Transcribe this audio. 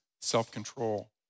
self-control